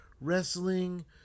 Wrestling